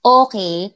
okay